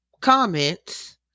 comments